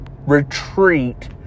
retreat